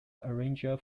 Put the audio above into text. arranger